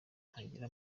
ntagira